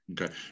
Okay